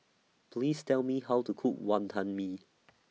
Please Tell Me How to Cook Wonton Mee